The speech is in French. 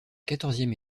quatorzième